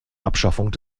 abschaffung